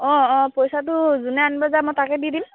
অঁ অঁ পইচাটো যোনে আনিব যায় মই তাকে দি দিম